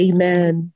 Amen